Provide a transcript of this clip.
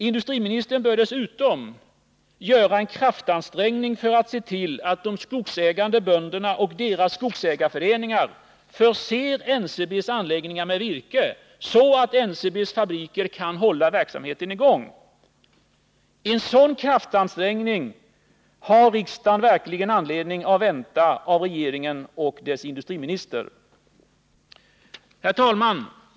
Industriministern bör dessutom göra en kraftansträngning för att se till att de skogsägande bönderna och deras skogsägarföreningar förser NCB:s anläggningar med virke så att NCB:s fabriker kan hålla verksamheten i gång. En sådan kraftansträngning har riksdagen verkligen anledning att vänta av regeringen och dess industriminister. Herr talman!